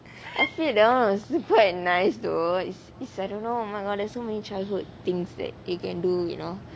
I feel that [one] was quite nice though is is like I don't know oh my god there's so many childhood things that it can do you know